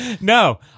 No